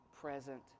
present